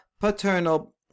paternal